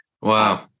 Wow